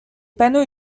panneaux